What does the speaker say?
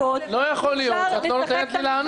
לא יכול להיות שאת לא נותנת לי לענות.